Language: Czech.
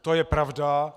To je pravda.